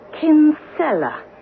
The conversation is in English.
Kinsella